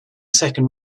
second